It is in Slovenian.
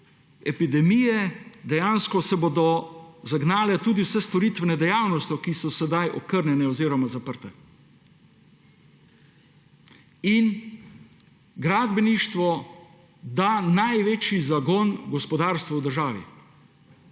epidemije se bodo dejansko zagnale tudi vse storitvene dejavnosti, ki so sedaj okrnjene oziroma zaprte. Gradbeništvo da največji zagon gospodarstvu v državi